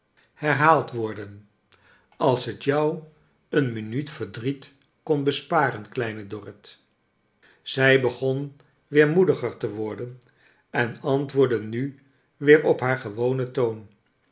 herhaald worden als t jou een minuut verdriet kon besparen kleine dorrit zij begon weer moediger te worden en antwoordde nu weer op haar gewonen toon